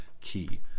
key